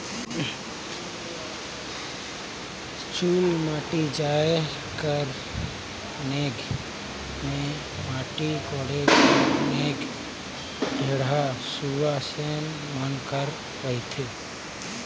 चुलमाटी जाए कर नेग मे माटी कोड़े कर नेग ढेढ़ा सुवासेन मन कर रहथे